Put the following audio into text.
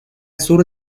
sur